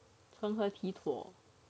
成何体统